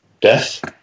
Death